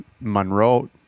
Monroe